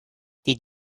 did